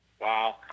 Wow